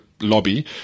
lobby